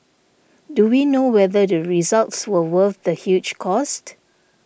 do we know whether the results were worth the huge cost